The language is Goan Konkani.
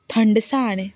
थंडसाण